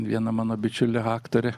viena mano bičiulė aktorė